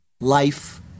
life